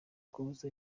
kubuza